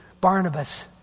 Barnabas